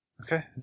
Okay